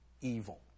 evil